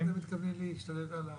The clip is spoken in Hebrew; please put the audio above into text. אז איך אתם מתכוונים להשתלט על ה-10,800?